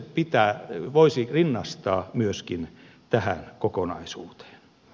minusta sen voisi rinnastaa myöskin tähän kokonaisuuteen